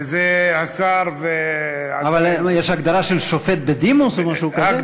זה השר, יש הגדרה של שופט בדימוס או משהו כזה?